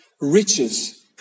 riches